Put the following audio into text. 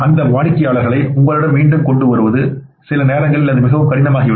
அந்த வாடிக்கையாளர்களை உங்களிடம் மீண்டும் கொண்டு வருவது சில நேரங்களில் அது மிகவும் கடினமாகிவிடும்